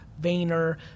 Vayner